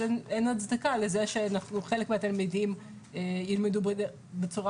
אין הצדקה לזה שחלק מהתלמידים ילמדו בצורה